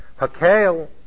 HaKel